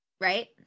right